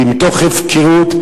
מתוך הפקרות,